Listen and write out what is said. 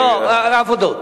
העבודות.